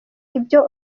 ibyo